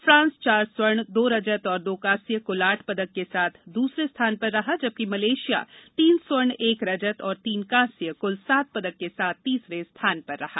France चार स्वर्ण दो रजत और दो कांस्य कुल आठ पदक के साथ दूसरे स्थान पर रहा जबकि मलेशिया ने तीन स्वर्ण एक रजत और तीन कांस्य कुल सात पदक के साथ तीसरे स्थान पर रहा